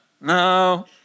No